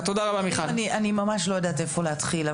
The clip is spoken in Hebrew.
אני ממש לא יודעת איפה להתחיל,